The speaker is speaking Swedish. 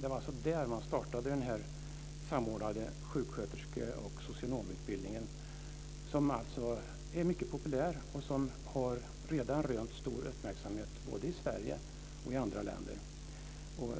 Det var där man startade den samordnade sjuksköterske och socionomutbildningen som alltså är mycket populär och som redan har rönt stor uppmärksamhet, både i Sverige och i andra länder.